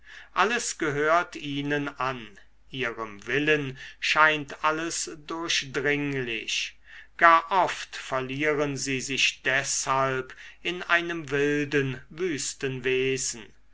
alles gehört ihnen an ihrem willen scheint alles durchdringlich gar oft verlieren sie sich deshalb in einem wilden wüsten wesen